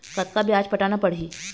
कतका ब्याज पटाना पड़ही?